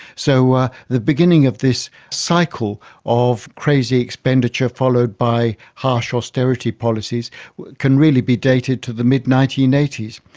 so the beginning of this cycle of crazy expenditure followed by harsh austerity policies can really be dated to the mid nineteen eighty s.